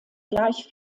gleich